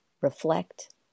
reflect